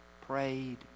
prayed